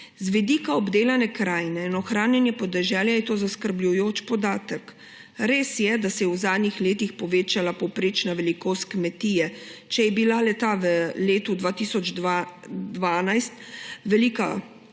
Z vidika obdelane krajine in ohranjanja podeželja je to zaskrbljujoč podatek. Res je, da se je v zadnjih letih povečala povprečna velikost kmetije. Če je bila le-ta v letu 2012 velika približno